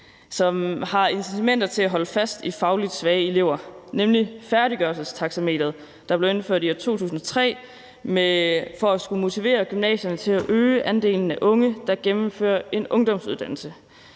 som giver incitamenter til at holde fast i fagligt svage elever, nemlig færdiggørelsestaxameteret, der blev indført i 2003 for at motivere gymnasierne til at øge andelen af unge, der gennemfører en ungdomsuddannelse.